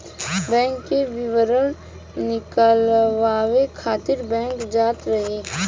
bank के विवरण निकालवावे खातिर बैंक जात रही